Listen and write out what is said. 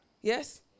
yes